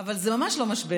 אבל זה ממש לא משבר,